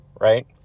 right